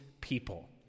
people